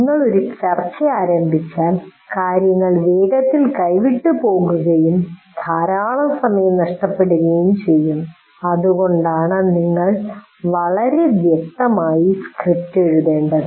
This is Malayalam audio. നിങ്ങൾ ഒരു ചർച്ച ആരംഭിച്ചാൽ കാര്യങ്ങൾ വേഗത്തിൽ കൈവിട്ടുപോകുകയും ധാരാളം സമയം നഷ്ടപ്പെടുകയും ചെയ്യും അതുകൊണ്ടാണ് നിങ്ങൾ വളരെ വ്യക്തമായി സ്ക്രിപ്റ്റ് എഴുതേണ്ടത്